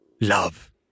love